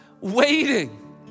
waiting